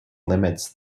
limits